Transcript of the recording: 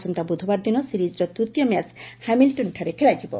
ଆସନ୍ତା ବୁଧବାର ଦିନ ସିରିକ୍ର ତୃତୀୟ ମ୍ୟାଚ୍ ହାମିଲ୍ଟନ୍ଠାରେ ଖେଳାଯିବ